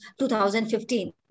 2015